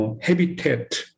habitat